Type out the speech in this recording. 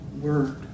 word